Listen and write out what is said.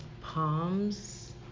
palms